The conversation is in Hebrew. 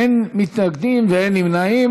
אין מתנגדים ואין נמנעים.